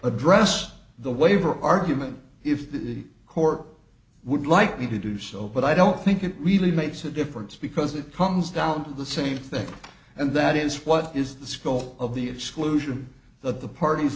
address the waiver argument if the court would like me to do so but i don't think it really makes a difference because it comes down to the same thing and that is what is the scope of the exclusion that the parties